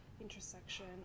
intersection